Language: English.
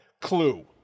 Clue